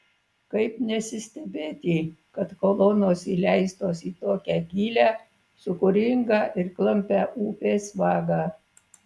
kaip nesistebėti kad kolonos įleistos į tokią gilią sūkuringą ir klampią upės vagą